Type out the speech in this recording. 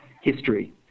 history